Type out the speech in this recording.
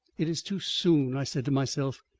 it is too soon, i said to myself,